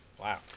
Wow